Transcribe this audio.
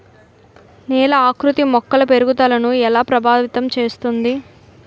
నేల ఆకృతి మొక్కల పెరుగుదలను ఎలా ప్రభావితం చేస్తుంది?